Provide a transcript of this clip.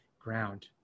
ground